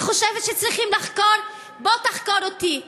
אני חושבת שצריכים לחקור, בוא תחקור אותי.